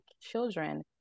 children